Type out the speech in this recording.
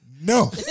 No